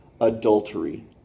adultery